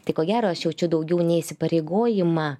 tai ko gero aš jaučiu daugiau ne įsipareigojimą